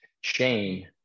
Shane